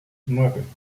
nueve